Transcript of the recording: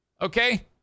Okay